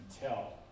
tell